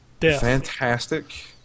fantastic